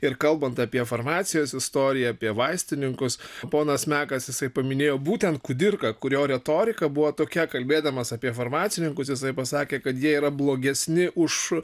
ir kalbant apie farmacijos istoriją apie vaistininkus ponas mekas jisai paminėjo būtent kudirką kurio retorika buvo tokia kalbėdamas apie farmacininkus jisai pasakė kad jie yra blogesni už